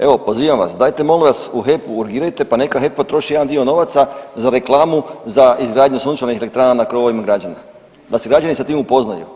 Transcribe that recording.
Evo pozivam vas dajte molim vas u HEP-u urgirajte pa neka HEP potroši jedan dio novaca za reklamu za izgradnju sunčanih elektrana na krovovima građana da se građani sa tim upoznaju.